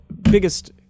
biggest